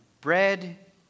bread